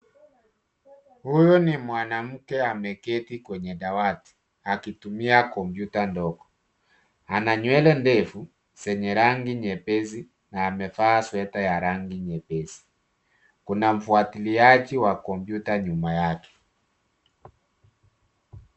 Huyu ni mwanamke ameketi kwenye dawati akitumia kompyuta ndogo. Ana nywele ndefu zenye rangi nyepesi na amevaa sweta ya rangi nyepesi. Kuna mfwatiliaji wa kompyuta nyuma yake.